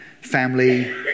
family